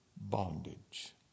bondage